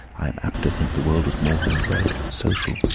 i am apt to think the world was more home-bred, social,